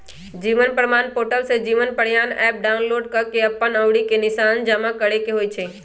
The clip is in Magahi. जीवन प्रमाण पोर्टल से जीवन प्रमाण एप डाउनलोड कऽ के अप्पन अँउरी के निशान जमा करेके होइ छइ